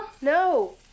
No